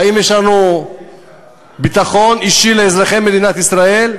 האם יש לנו ביטחון אישי לאזרחי מדינת ישראל?